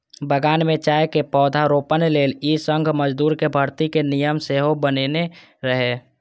बगान मे चायक पौधारोपण लेल ई संघ मजदूरक भर्ती के नियम सेहो बनेने रहै